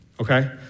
okay